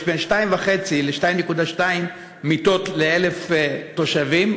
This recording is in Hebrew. יש בין 2.5 ל-2.2 מיטות ל-1,000 תושבים,